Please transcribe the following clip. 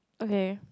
okay